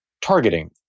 targeting